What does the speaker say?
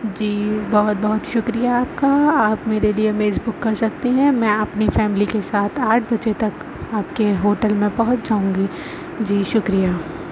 جی بہت بہت شکریہ آپ کا آپ میرے لیے میز بک کر سکتے ہیں میں اپنی فیملی کے ساتھ آٹھ بجے تک آپ کے ہوٹل میں پہنچ جاؤں گی جی شکریہ